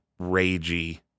ragey